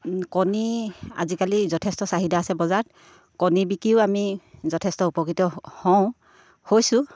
কণী আজিকালি যথেষ্ট চাহিদা আছে বজাৰত কণী বিকিও আমি যথেষ্ট উপকৃত হওঁ হৈছোঁ